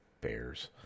Bears